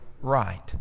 right